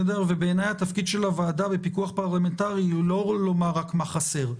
בעיניי התפקיד של הוועדה בפיקוח פרלמנטרי הוא לא לומר רק מה חסר.